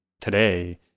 today